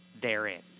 therein